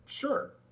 Sure